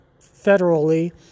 federally